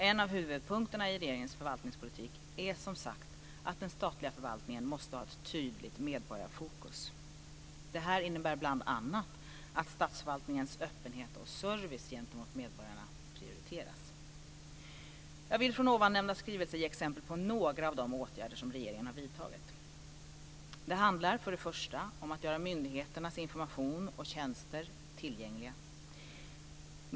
En av huvudpunkterna i regeringens förvaltningspolitik är som sagt att den statliga förvaltningen måste ha ett tydligt medborgarfokus. Det här innebär bl.a. att statsförvaltningens öppenhet och service gentemot medborgarna prioriteras. Jag vill från ovannämnda skrivelse ge exempel på några av de åtgärder regeringen har vidtagit. Det handlar för det första om att göra myndigheternas information och tjänster tillgängliga.